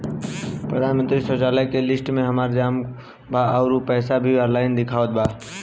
प्रधानमंत्री शौचालय के लिस्ट में हमार नाम बा अउर पैसा भी ऑनलाइन दिखावत बा